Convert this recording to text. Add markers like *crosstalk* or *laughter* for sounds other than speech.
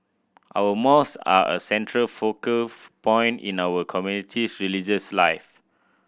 our *unintelligible* are a central focal *unintelligible* point in our community's religious life